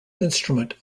instrument